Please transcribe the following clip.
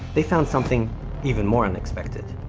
they found something even more unexpected.